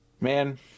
Man